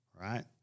right